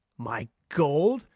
my gold,